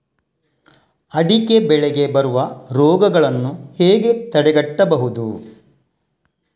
ಅಡಿಕೆ ಬೆಳೆಗೆ ಬರುವ ರೋಗಗಳನ್ನು ಹೇಗೆ ತಡೆಗಟ್ಟಬಹುದು?